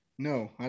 No